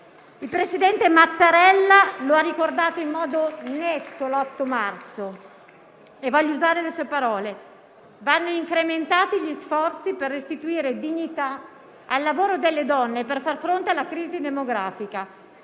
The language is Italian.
Il presidente Mattarella lo ha ricordato in modo netto l'8 marzo e voglio usare le sue parole: «Vanno incrementati gli sforzi per restituire dignità al lavoro delle donne e per far fronte alla crisi demografica.